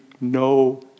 no